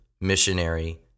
missionary